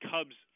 Cubs